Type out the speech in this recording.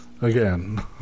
Again